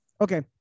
Okay